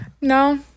No